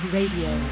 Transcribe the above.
Radio